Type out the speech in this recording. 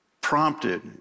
prompted